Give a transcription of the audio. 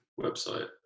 website